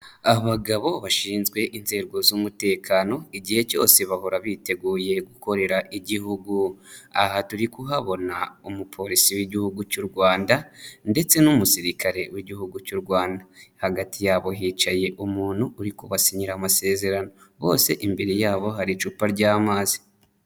Aba bagabo bashinzwe inzego z'umutekano, igihe cyose bahora biteguye gukorera Igihugu, aha turi kuhabona umupolilisi w'Igihugu cy'u Rwanda ndetse n'umusirikare w'Igihugu cy'u Rwanda, hagati yabo hicaye umuntu uri kubasinyira amasezerano, bose imbere yabo hari icupa ry'amazi.